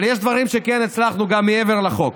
אבל יש דברים שכן הצלחנו, גם מעבר לחוק: